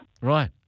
Right